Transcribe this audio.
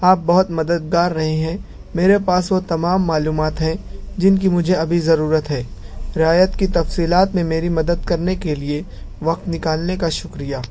آپ بہت مددگار رہے ہیں میرے پاس وہ تمام معلومات ہے جن کی مجھے ابھی ضرورت ہے رعایت کی تفصیلات میں میری مدد کرنے کے لئے وقت نکالنے کا شکریہ